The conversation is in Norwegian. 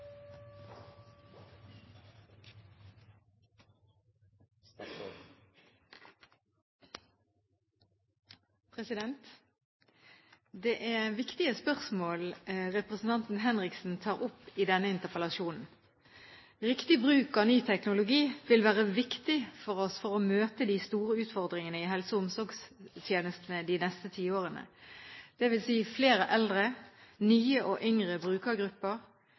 viktige spørsmål representanten Henriksen tar opp i denne interpellasjonen. Riktig bruk av ny teknologi vil være viktig for å møte de store utfordringene i helse- og omsorgstjenestene de neste tiårene, dvs. flere eldre nye og yngre brukergrupper